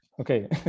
Okay